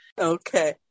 Okay